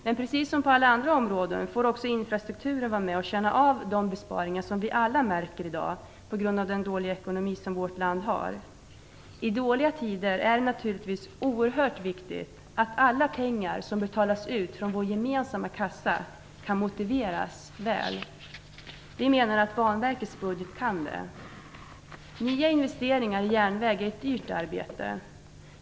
Men precis som på alla andra områden får också infrastrukturen vara med och känna av de besparingar som vi alla märker i dag, till följd av vårt lands dåliga ekonomi. I dåliga tider är det naturligtvis oerhört viktigt att alla pengar som betalas ut från vår gemensamma kassa kan motiveras väl. Vi menar att Banverkets budget kan det. Nya investeringar i järnväg är ett dyrt arbete.